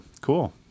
cool